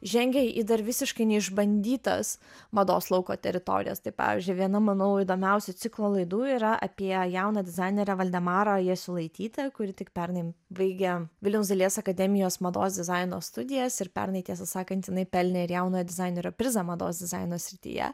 žengia į dar visiškai neišbandytas mados lauko teritorijas tai pavyzdžiui viena manau įdomiausių ciklo laidų yra apie jauną dizainerę valdemarą jasulaitytę kuri tik pernai baigė vilniaus dailės akademijos mados dizaino studijas ir pernai tiesą sakant jinai pelnė ir jaunojo dizainerio prizą mados dizaino srityje